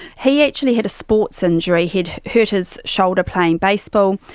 he actually had a sports injury. he had hurt his shoulder playing baseball.